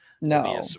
No